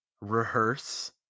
rehearse